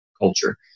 culture